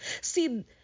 see